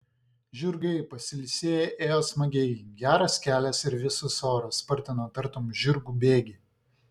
žirgai pasilsėję ėjo smagiai geras kelias ir vėsus oras spartino tartum žirgų bėgį